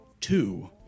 two